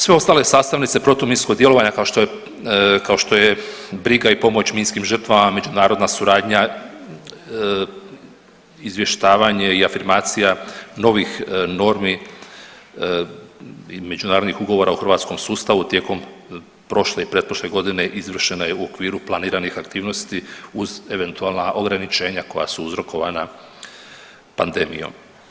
Sve ostale sastavnice protuminskog djelovanja kao što je, kao što je briga i pomoć minskim žrtvama, međunarodna suradnja, izvještavanje i afirmacija novih normi i međunarodnih ugovora u hrvatskom sustavu tijekom prošle i pretprošle godine izvršena je u okviru planiranih aktivnosti uz eventualna ograničenja koja su uzrokovana pandemijom.